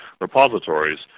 repositories